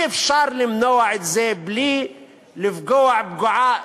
אי-אפשר למנוע את זה בלי לפגוע פגיעה,